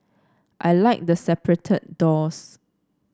I like the separated doors